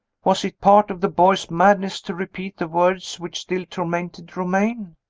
was it part of the boy's madness to repeat the words which still tormented romayne?